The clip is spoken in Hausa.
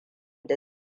da